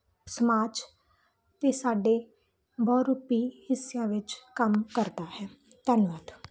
ਸਮਾਜ ਅਤੇ ਸਾਡੇ ਬਹੁ ਰੂਪੀ ਹਿੱਸਿਆਂ ਵਿੱਚ ਕੰਮ ਕਰਦਾ ਹੈ ਧੰਨਵਾਦ